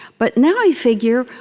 but now i figure,